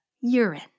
urine